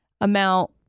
amount